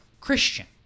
Christian